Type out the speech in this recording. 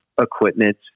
equipment